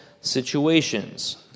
situations